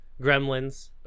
Gremlins